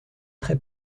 très